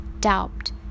doubt